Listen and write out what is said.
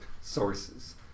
sources